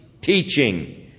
teaching